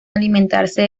alimentarse